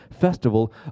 festival